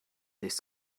this